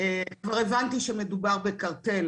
כבר הבנתי שמדובר בקרטל,